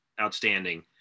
outstanding